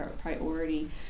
priority